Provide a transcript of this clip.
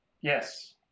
Yes